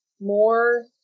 more